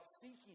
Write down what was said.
seeking